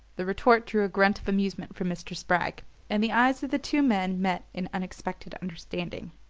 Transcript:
the retort drew a grunt of amusement from mr. spragg and the eyes of the two men met in unexpected understanding.